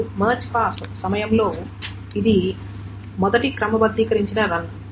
ఇప్పుడు merge pass సమయంలో ఇది మొదటి క్రమబద్దీకరించిన రన్